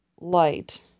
light